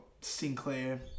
Sinclair